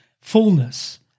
fullness